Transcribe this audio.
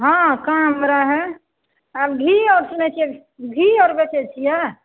हँ काम रहै आब घी आओर सुनै छियै घी आओर बेचै छियै